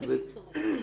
חברי וחבריי.